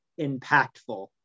impactful